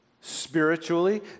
spiritually